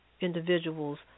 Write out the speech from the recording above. individuals